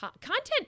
content